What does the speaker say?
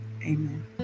Amen